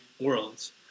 worlds